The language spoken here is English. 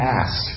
ask